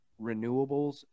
renewables